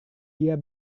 dia